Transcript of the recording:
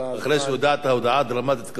אחרי שהודעת הודעה דרמטית כזאת,